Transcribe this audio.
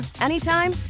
anytime